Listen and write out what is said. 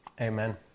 Amen